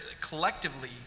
collectively